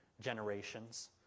generations